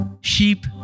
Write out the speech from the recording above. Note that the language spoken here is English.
Sheep